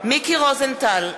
מיקי רוזנטל,